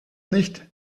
nicht